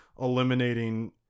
eliminating